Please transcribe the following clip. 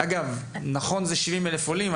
נכון שזה 70,000 עולים,